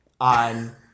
on